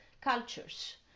cultures